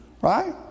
right